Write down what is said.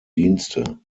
dienste